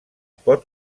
pot